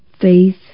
faith